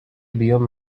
بیوم